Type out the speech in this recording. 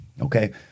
okay